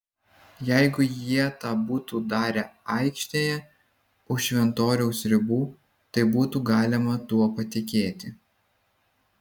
jeigu jie tą būtų darę aikštėje už šventoriaus ribų tai būtų galima tuo patikėti